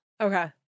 Okay